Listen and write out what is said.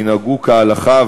ינהגו כהלכה,